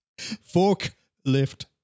Forklift